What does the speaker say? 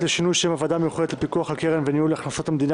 לשינוי שם "הוועדה המיוחדת לפיקוח על הקרן לניהול הכנסות המדינה